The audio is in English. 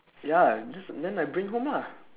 ya just then I bring home lah